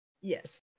Yes